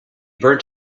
burnt